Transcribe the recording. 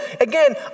Again